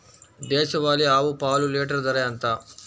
దేశవాలీ ఆవు పాలు లీటరు ధర ఎంత?